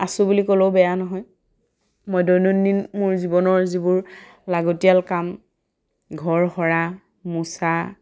আছো বুলি ক'লেও বেয়া নহয় মই দৈনন্দিন মোৰ জীৱনৰ যিবোৰ লাগতিয়াল কাম ঘৰ সৰা মোচা